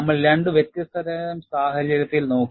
നമ്മൾ രണ്ട് വ്യത്യസ്ത തരം സാഹചര്യത്തിൽ നോക്കി